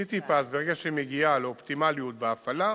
"סיטיפס", ברגע שהיא מגיעה לאופטימליות בהפעלה,